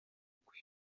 kwe